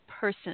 person